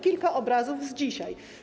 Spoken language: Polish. Kilka obrazów z dzisiaj.